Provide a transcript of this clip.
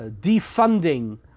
defunding